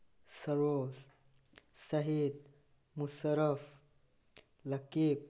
ꯁꯔꯣꯖ ꯁꯍꯤꯠ ꯃꯨꯁꯔꯐ ꯂꯀꯤꯞ